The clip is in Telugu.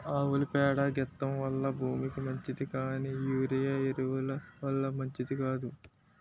ఆవుల పేడ గెత్తెం వల్ల భూమికి మంచిది కానీ యూరియా ఎరువు ల వల్ల మంచిది కాదు